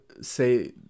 say